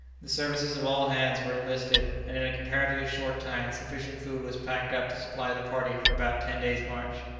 the services of all hands were enlisted, and in a comparatively short time sufficient food was packed up to supply the party for about ten days' march.